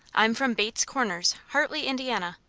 i'm from bates corners, hartley, indiana.